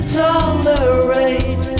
tolerate